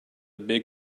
big